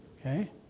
Okay